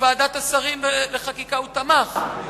שבוועדת השרים לחקיקה הוא תמך.